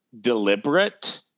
deliberate